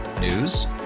News